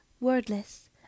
wordless